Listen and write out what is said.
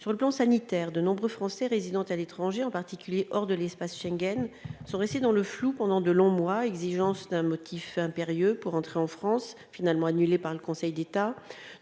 sur le plan sanitaire de nombreux Français résidant à l'étranger en particulier hors de l'espace Schengen sont restés dans le flou pendant de longs mois, exigence d'un motif impérieux pour entrer en France, finalement annulée par le Conseil d'État